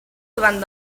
davant